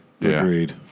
agreed